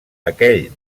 aquell